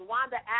Wanda